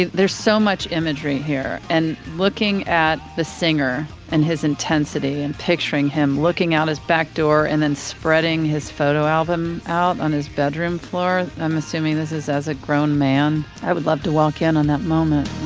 there's so much imagery here and looking at the singer and his intensity and picturing him looking out his back door and then spreading his photo album out on his bedroom floor. i'm assuming this is as a grown man. i would love to walk in on that moment.